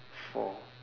four